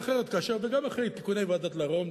גם אחרי תיקוני ועדת-לרון,